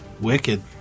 wicked